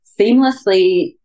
seamlessly